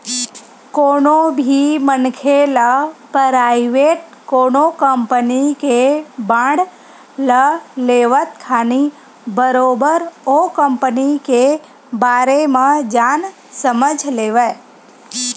कोनो भी मनखे ल पराइवेट कोनो कंपनी के बांड ल लेवत खानी बरोबर ओ कंपनी के बारे म जान समझ लेवय